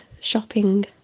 shopping